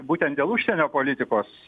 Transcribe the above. būtent dėl užsienio politikos